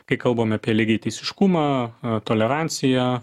kai kalbam apie lygiateisiškumą toleranciją